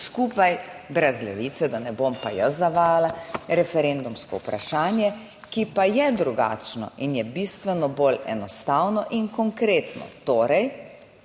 skupaj, brez Levice, da ne bom pa jaz zavajala, referendumsko vprašanje, ki pa je drugačno in je bistveno bolj enostavno in konkretno,